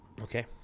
Okay